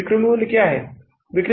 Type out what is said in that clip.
तो विक्रय मूल्य क्या है